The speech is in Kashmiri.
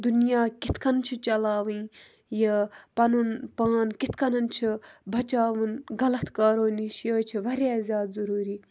دُنیا کِتھ کَن چھُ چلاوٕنۍ یہِ پَنُن پان کِتھ کَنَن چھُ بَچاوُن غلط کارو نِش یہِ حظ چھِ واریاہ زیادٕ ضٔروٗری